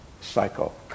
cycle